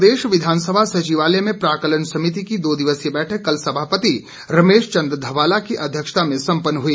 समिति हिमाचल प्रदेश विधान सभा सचिवालय में प्राक्कलन समिति की दो दिवसीय बैठक कल समापति रमेश चन्द ध्वाला की अध्यक्षता में सम्पन्न हुई